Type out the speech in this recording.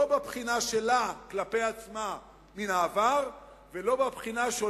לא בבחינה שלה כלפי עצמה מן העבר ולא בבחינה שלה,